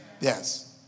Yes